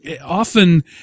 often